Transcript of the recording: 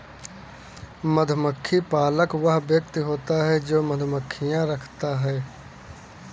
मधुमक्खी पालक वह व्यक्ति होता है जो मधुमक्खियां रखता है